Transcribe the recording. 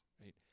right